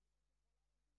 רביעי,